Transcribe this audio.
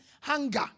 hunger